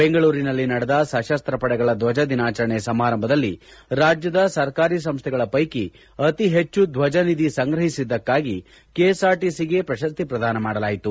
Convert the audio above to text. ಬೆಂಗಳೂರಿನಲ್ಲಿ ನಡೆದ ಸಶಸ್ತ ಪಡೆಗಳ ಧ್ವಜ ದಿನಾಚರಣೆ ಸಮಾರಂಭದಲ್ಲಿ ರಾಜ್ಯದ ಸರ್ಕಾರಿ ಸಂಸ್ವೆಗಳ ಪೈಕಿ ಅತೀ ಹೆಚ್ಚು ಧ್ವಜ ನಿಧಿ ಸಂಗ್ರಹಿಸಿದಕಾಗಿ ಕೆಎಸ್ಆರ್ಟಿಸಿಗೆ ಪ್ರಶಸ್ತಿ ಪ್ರದಾನ ಮಾಡಲಾಯಿತು